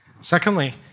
Secondly